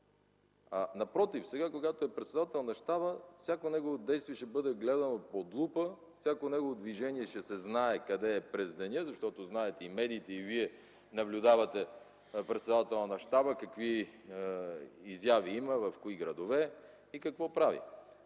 Напротив, сега, когато е председател на щаба, всяко негово действие ще бъде гледано под лупа, всяко негово движение ще се знае къде е през деня, защото знаете, че и медиите, и вие наблюдавате председателя на щаба какви изяви има, в кои градове и какво прави.